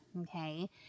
okay